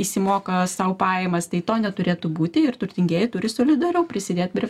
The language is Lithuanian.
išsimoka sau pajamas tai to neturėtų būti ir turtingieji turi solidariau prisidėt prie